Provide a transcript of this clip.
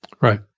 Right